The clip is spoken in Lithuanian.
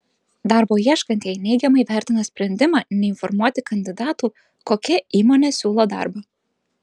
darbo ieškantieji neigiamai vertina sprendimą neinformuoti kandidatų kokia įmonė siūlo darbą